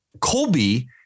Colby